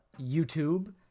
YouTube